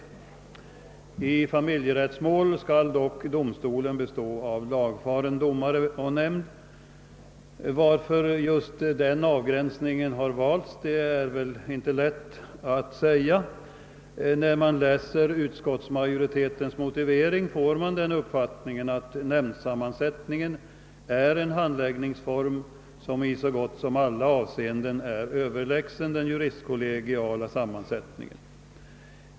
I familjerättsmål skall dock domstolen bestå av lagfaren domare och nämnd. Varför just den avgränsningen har valts är inte lätt att säga. När man läser utskottsmajoritetens motivering får man den uppfattningen, att nämndsammansättningen är en handläggningsform som i så gott som alla avseenden är överlägsen den juristkollegiala sammansättningen.